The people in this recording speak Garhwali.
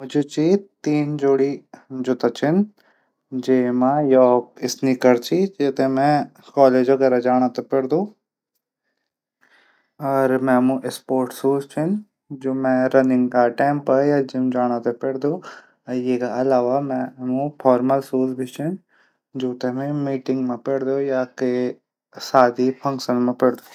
मी मा तीन जोडी जूता छन जो या एक योक स्नीकर च कॉलेज उगैरा जाणू थै पैनदू। मैमा स्पोर्ट सूज छन